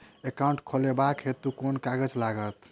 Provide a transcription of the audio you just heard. Account खोलाबक हेतु केँ कागज लागत?